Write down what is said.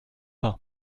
pas